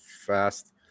fast